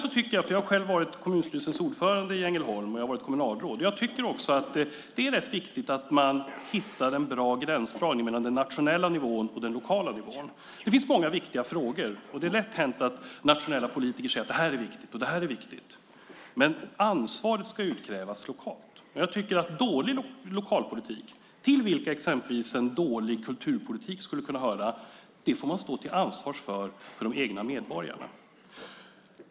Jag har varit kommunstyrelsens ordförande i Ängelholm och jag har varit kommunalråd. Jag tycker att det är viktigt att man hittar en bra gränsdragning mellan den nationella nivån och den lokala nivån. Det finns många viktiga frågor och det är lätt hänt att nationella politiker säger: Det här är viktigt, och det här är viktigt. Ansvaret ska utkrävas lokalt. Dålig lokalpolitik, till vilken exempelvis en dålig kulturpolitik skulle kunna höra, får man stå till svars för inför de egna medborgarna.